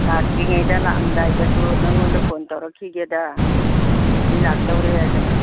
ꯂꯥꯛꯇ꯭ꯔꯤꯉꯩꯗ ꯂꯥꯛꯑꯝꯗꯥꯏꯗꯁꯨ ꯅꯉꯣꯟꯗ ꯐꯣꯟ ꯇꯧꯔꯛꯈꯤꯒꯦꯗ ꯑꯩ ꯂꯥꯛꯇꯧꯔꯦ ꯍꯥꯏꯗꯅ